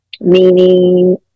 meaning